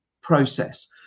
process